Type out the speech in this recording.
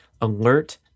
alert